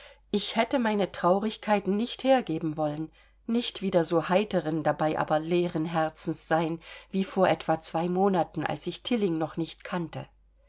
ich hätte meine traurigkeit nicht hergeben wollen nicht wieder so heiteren dabei aber leeren herzens sein wie vor etwa zwei monaten als ich tilling noch nicht kannte